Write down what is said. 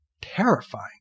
terrifying